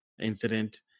incident